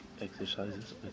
exercises